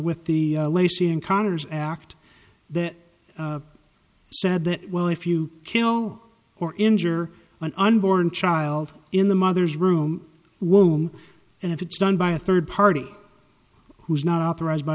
with the lacy and connor's act that said that well if you kill or injure an unborn child in the mother's room womb and if it's done by a third party who is not authorized by